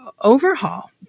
overhaul